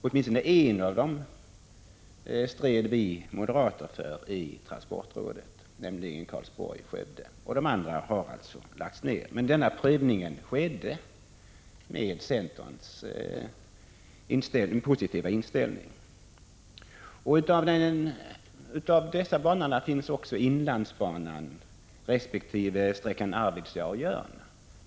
Åtminstone en av dem stred vi moderater för i transportrådet, nämligen banan Karlsborg-Skövde. De andra banorna har alltså lagts ned. Men när denna prövning skedde var centern positivt inställd. Bland dessa banor finns också inlandsbanan, sträckan Arvidsjaur-Jörn.